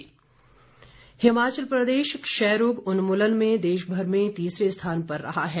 समीक्षा बैठक हिमाचल प्रदेश क्षयरोग उन्मूलन में देशभर में तीसरे स्थान पर रहा है